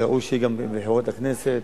ראוי שזה יהיה כמו בבחירות לכנסת.